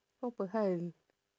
kau apa hal